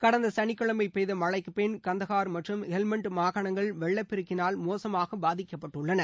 கடந்த சனிக்கிழமை பெய்த மழைக்கு பின் கந்தஹார் மற்றும் ஹெஸ்மண்ட் மகாணங்கள் வெள்ளப்பெருக்கினால் மோசமாக பாதிக்கப்பட்டுள்ளன